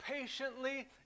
patiently